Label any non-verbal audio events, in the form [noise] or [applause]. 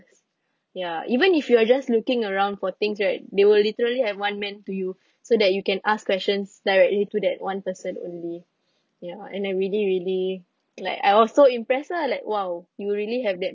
ya even if you are just looking around for things right they will literally have one man to you [breath] so that you can ask questions directly to that one person only [breath] ya and I really really like I'm also impressed lah like !wow! you will really have that